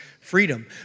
freedom